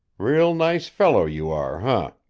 real nice fellow you are, ah?